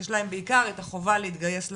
יש להם בעיקר את החובה להתגייס לצבא.